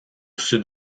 sud